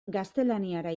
gaztelaniara